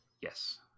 Yes